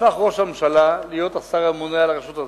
הפך ראש הממשלה להיות השר הממונה על הרשות הזאת.